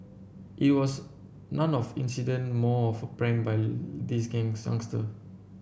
it was nun off incident more of prank by this youngster